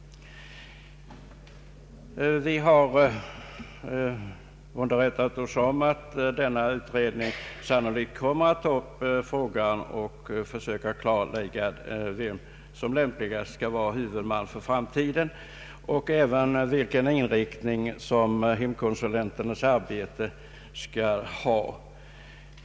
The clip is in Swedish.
Vi har underrättat oss om att denna utredning sannolikt kommer att ta upp frågan och försöka klarlägga vem som lämpligen skall vara huvudman för framtiden och även vilken inriktning hemkonsulenternas arbete skall ha.